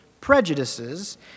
prejudices